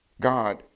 god